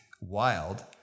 wild